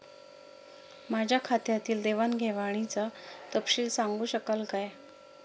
माझ्या खात्यातील देवाणघेवाणीचा तपशील सांगू शकाल काय?